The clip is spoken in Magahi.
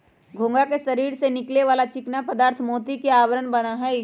घोंघा के शरीर से निकले वाला चिकना पदार्थ मोती के आवरण बना हई